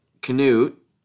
Canute